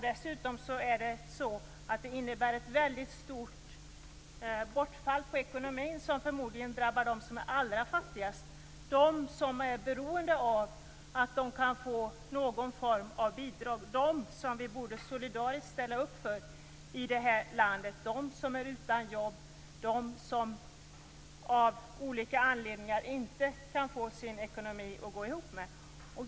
Dessutom innebär det ett mycket stort bortfall i ekonomin, vilket förmodligen drabbar dem som är allra fattigast, dvs. de människor som är beroende av att få någon form av bidrag och de som vi solidariskt borde ställa upp för i detta land, de som är utan jobb och de som av olika anledningar inte kan få sin ekonomi att gå ihop.